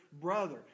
brother